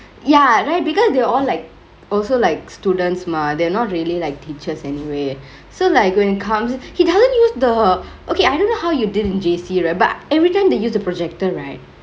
ya right because they're all like also like students mah they are not really like teachers anyway so like when he comes he doesn't use the okay I don't know how you did in J_C right but everytime they use the projector right